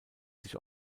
sich